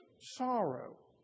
sorrow